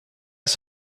ist